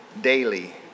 daily